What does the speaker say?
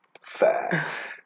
Facts